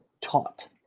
taught